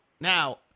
now